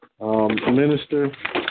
minister